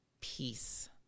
peace